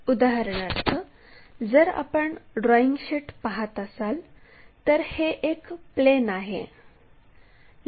उदाहरणार्थ जर आपण ड्रॉईंग शीट पाहत असाल तर हे एक प्लेन आहे